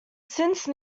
since